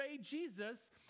Jesus